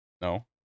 no